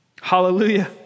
Hallelujah